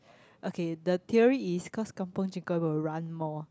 okay the theory is cause kampung chicken will run more